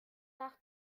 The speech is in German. nach